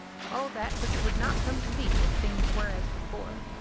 all that which would not come to be if things were as before.